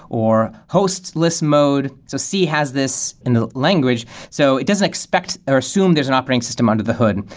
or host list mode, so c has this in the language. so it doesn't expect, or assume there's an operating system under the hood.